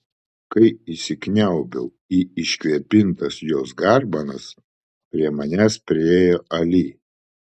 kai įsikniaubiau į iškvėpintas jos garbanas prie manęs priėjo ali